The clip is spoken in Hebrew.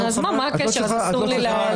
את לא צריכה --- אסור לי להעיר לך?